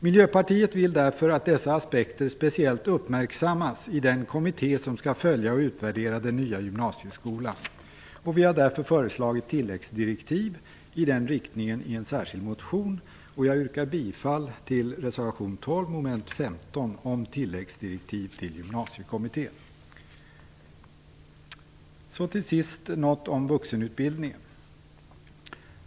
Miljöpartiet vill därför att dessa aspekter speciellt uppmärksammas i den kommitté som skall följa och utvärdera den nya gymnasieskolan. Vi har därför föreslagit tilläggsdirektiv i denna riktning i en särskild motion. Jag yrkar bifall till reservation 12 vid mom. Herr talman! Så till sist något om vuxenutbildningen.